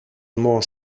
more